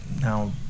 now